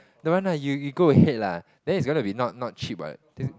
don't want lah you you go ahead lah then is gonna be not not cheap what this